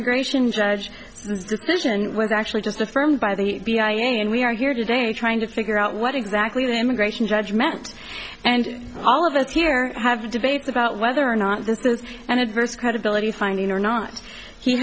immigration judge was decision was actually just affirmed by the be i and we are here today trying to figure out what exactly the immigration judge meant and all of us here have debates about whether or not this is an adverse credibility finding or not he